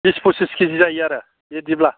बिस फसिस केजि जायो आरो बिदिब्ला